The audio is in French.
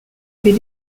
avait